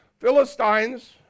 Philistines